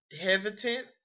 hesitant